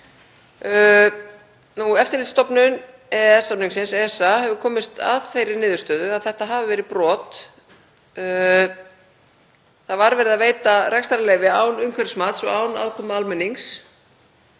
Eftirlitsstofnun EES-samningsins, ESA, hefur komist að þeirri niðurstöðu að þetta hafi verið brot. Það var verið að veita rekstrarleyfi án umhverfismats og án aðkomu almennings.